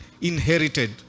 inherited